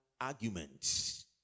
arguments